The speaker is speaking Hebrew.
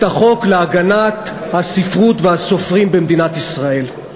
החוק להגנת הספרות והסופרים במדינת ישראל.